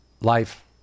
life